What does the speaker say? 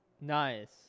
Nice